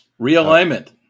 realignment